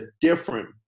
different